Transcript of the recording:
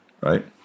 right